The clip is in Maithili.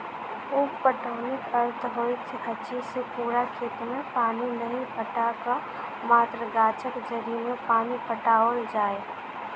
उप पटौनीक अर्थ होइत अछि जे पूरा खेत मे पानि नहि पटा क मात्र गाछक जड़ि मे पानि पटाओल जाय